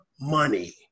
money